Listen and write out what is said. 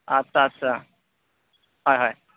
আচ্ছা আচ্ছা হয় হয়